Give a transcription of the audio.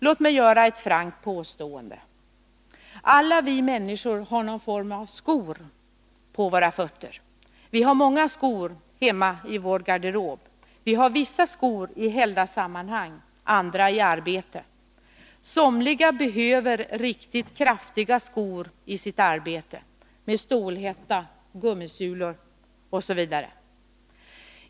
Låt mig göra ett frankt påstående: Alla vi människor har någon form av skor på våra fötter. Vi har många skor hemma i vår garderob. Vi har vissa skor i helgdagssammanhang, andra i arbetet. Somliga behöver riktigt kraftiga skor i sitt arbete, med stålhätta, gummisula osv.